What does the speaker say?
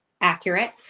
accurate